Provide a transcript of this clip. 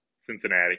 Cincinnati